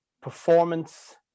performance